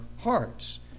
hearts